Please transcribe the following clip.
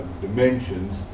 dimensions